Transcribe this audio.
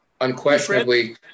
unquestionably